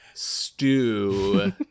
stew